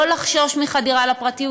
לא לחשוש מחדירה לפרטיות,